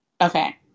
Okay